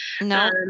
No